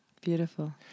Beautiful